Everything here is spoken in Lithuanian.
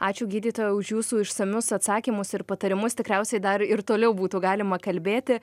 ačiū gydytoja už jūsų išsamius atsakymus ir patarimus tikriausiai dar ir toliau būtų galima kalbėti